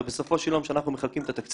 הרי בסופו של יום כשאנחנו מחלקים את התקציב,